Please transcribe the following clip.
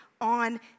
on